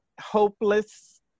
hopeless